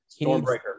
Stormbreaker